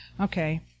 Okay